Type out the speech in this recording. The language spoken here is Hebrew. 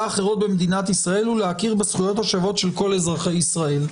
אחרות במדינת ישראל ולהכיר בזכויות השוות של כל אזרחי ישראל".